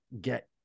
get